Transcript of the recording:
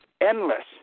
endless